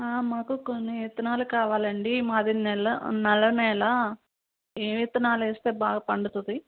మాకు కొన్ని విత్తనాలు కావాలండి మాది నెల నల్ల నెల ఏ విత్తనాలేస్తే బాగా పండుతుంది